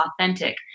authentic